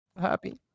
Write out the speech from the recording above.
Happy